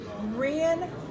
ran